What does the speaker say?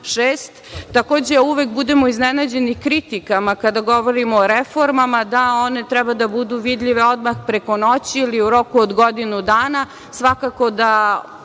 Takođe, uvek budemo iznenađeni kritikama, kada govorimo o reformama, da one treba da budu vidljive odmah, preko noći ili u roku od godinu dana. Svakako da